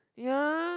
yeah